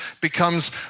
becomes